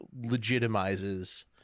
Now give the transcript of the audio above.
legitimizes